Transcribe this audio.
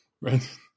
right